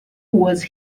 was